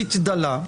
מהמקובל.